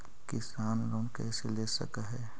किसान लोन कैसे ले सक है?